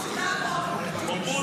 סטלין או פוטין.